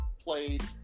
played